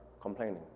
complaining